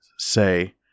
say